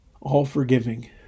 all-forgiving